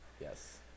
Yes